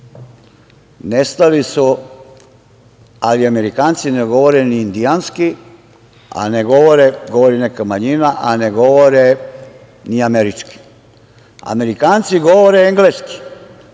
Nestali su, ali Amerikanci ne govore ni indijanski, govori neka manjina, a ne govore ni američki. Amerikanci govore engleski,